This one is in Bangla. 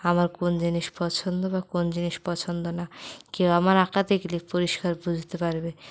আমার কোন জিনিস পছন্দ বা কোন জিনিস পছন্দ না কেউ আমার আঁকা দেখলে পরিষ্কার বুঝতে পারবে